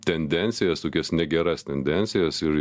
tendencijas tokias negeras tendencijas ir